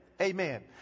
Amen